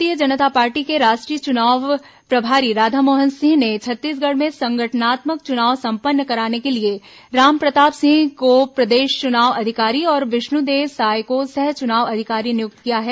भारतीय जनता पार्टी के राष्ट्रीय चुनाव प्रभारी राधामोहन सिंह ने छत्तीसगढ़ में संगठनात्मक चुनाव संपन्न कराने के लिए रामप्रताप सिंह को प्रदेश चुनाव अधिकारी और विष्णुदेव साय को सह चुनाव अधिकारी नियुक्त किया है